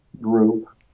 group